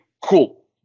cool